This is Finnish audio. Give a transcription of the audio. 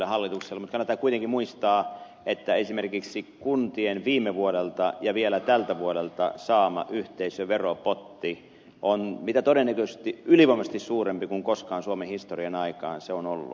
mutta kannattaa kuitenkin muistaa että esimerkiksi kuntien viime vuodelta ja vielä tältä vuodelta saama yhteisöveropotti on mitä todennäköisimmin ylivoimaisesti suurempi kuin koskaan suomen historian aikaan se on ollut